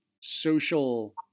social